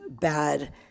bad